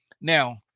Now